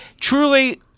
Truly